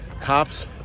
cops